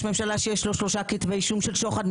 ממשלה שיש לו שלושה כתבי אישום של שוחד,